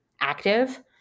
active